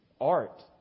Art